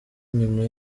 nyuma